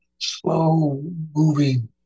slow-moving